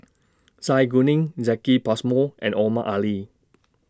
Zai Kuning Jacki Passmore and Omar Ali